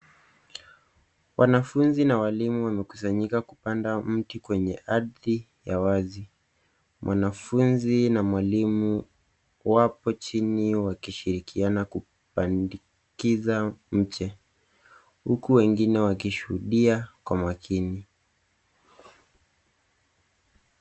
Wanafunzi na walimu wamekusanyika kupanda mti kwenye ardhi ya wazi. Mwanafunzi na mwalimu wapo chini wakishirikiana kupandikiza mche, huku wengine wakishuhudia kwa makini.